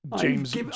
james